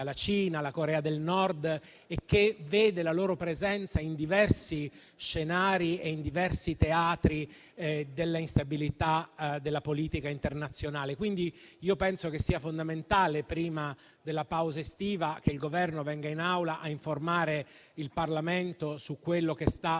la Cina, la Corea del Nord e che vede la loro presenza in diversi scenari e in diversi teatri della instabilità della politica internazionale. Quindi, io penso che sia fondamentale, prima della pausa estiva, che il Governo venga in Aula a informare il Parlamento su quello che sta succedendo